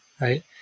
right